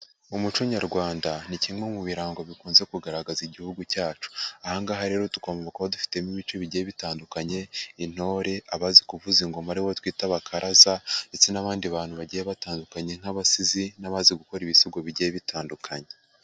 Umuco Nyarwanda ni kimwe mu birango bikunze kugaragaza igihugu cyacu, aha ngaha rero tugomba kuba dufitemo ibice bigiye bitandukanye, intore, abazi kuvuza ingoma ari bo twita abakaraza ndetse n'abandi bantu bagiye batandukanye nk'abasizi n'abazi gukora ibisigo bigiye bitandukanye.